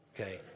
Okay